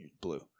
blue